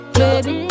baby